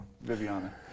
Viviana